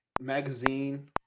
magazine